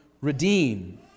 redeem